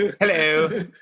Hello